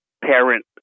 parent